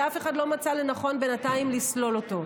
ואף אחד לא מצא לנכון בינתיים לסלול אותו.